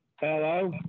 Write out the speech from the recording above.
Hello